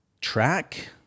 Track